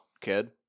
kid